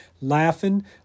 laughing